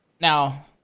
Now